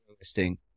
listing